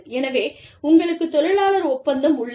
எனவே உங்களுக்குத் தொழிலாளர் ஒப்பந்தம் உள்ளது